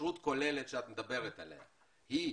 התקשרות כוללת שאת מדברת עליה, היא